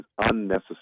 unnecessary